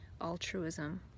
Altruism